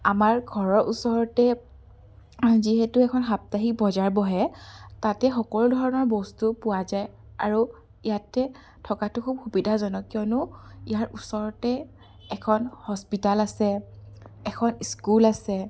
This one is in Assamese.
আমাৰ ঘৰৰ ওচৰতে যিহেতু এখন সাপ্তাহিক বজাৰ বহে তাতে সকলো ধৰণৰ বস্তু পোৱা যায় আৰু ইয়াতে থকাটো খুব সুবিধাজনক কিয়নো ইয়াৰ ওচৰতে এখন হস্পিতাল আছে এখন স্কুল আছে